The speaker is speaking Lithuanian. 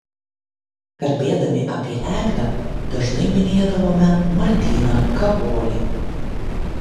kalbėdami apie eglę dažnai minėdavome martyną kavolį